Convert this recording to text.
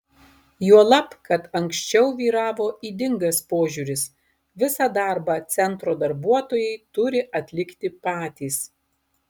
juolab kad anksčiau vyravo ydingas požiūris visą darbą centro darbuotojai turi atlikti patys